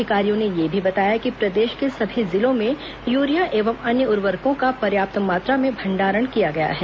अधिकारियों ने यह भी बताया कि प्रदेश के सभी जिलों में यूरिया एवं अन्य उर्वरकों का पर्याप्त मात्रा में भण्डारण किया गया है